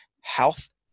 health